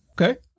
Okay